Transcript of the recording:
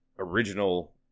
Original